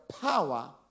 power